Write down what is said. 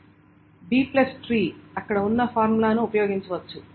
B tree అక్కడ ఉన్న ఫార్ములాను ఉపయోగించవచ్చు